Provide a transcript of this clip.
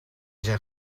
zijn